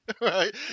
right